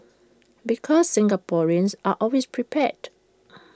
because Singaporeans are always prepared